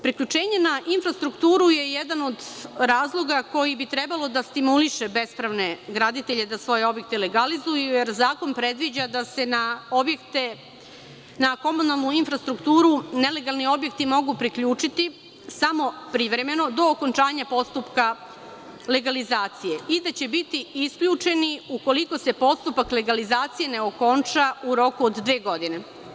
Priključenje na infrastrukturu je jedan od razloga koji bi trebalo da stimuliše bespravne graditelje da svoje objekte legalizuju, jer zakon predviđa da se na komunalnu infrastrukturu nelegalni objekti mogu priključiti samo privremeno, do okončanja postupka legalizacije i da će biti isključeni ukoliko se postupak legalizacije ne okonča u roku od dve godine.